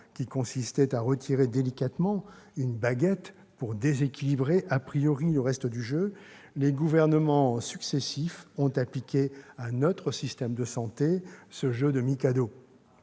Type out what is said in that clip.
qui consistait à retirer délicatement une baguette sans déséquilibrer,, le reste du jeu, les gouvernements successifs ont appliqué à notre système de santé ce jeu de mikado.